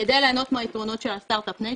כדי ליהנות מהיתרונות של הסטרטאפ ניישן,